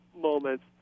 moments